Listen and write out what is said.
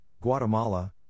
Guatemala